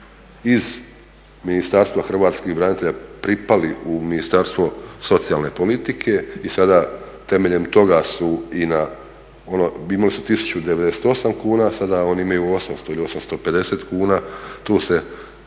iz Ministarstva Hrvatskih branitelja pripali u Ministarstvo socijalne politike i sada temeljem toga su i na, imali su 1098 kuna, sada oni imaju 800 ili 850 kuna. Tu se,